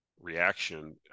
reaction